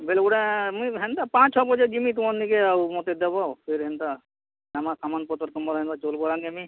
ବେଲ୍ବୁଡ଼ା ମୁଇଁ ହେନ୍ତା ପାଞ୍ଚ୍ ଛଅ ବଜେ ଯିମି ତୁମର୍ ନିକେ ଆଉ ମତେ ଦେବ ଫେର୍ ହେନ୍ତା ନେମା ସାମାନ୍ ପତର୍ ତମର୍ ହେନର୍ ଚଉଲ୍ ବାରା ନେମି